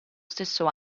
stesso